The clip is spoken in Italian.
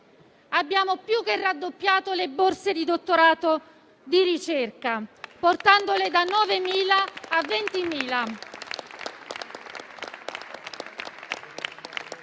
Abbiamo più che raddoppiato le borse di dottorato di ricerca, portandole da 9.000 a 20.000.